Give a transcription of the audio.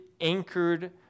anchored